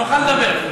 שנוכל לדבר.